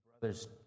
brothers